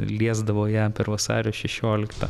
liesdavo ją per vasario šešioliktą